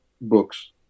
books